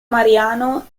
mariano